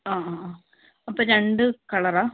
ആ ആ ആ അപ്പം രണ്ട് കളറാണോ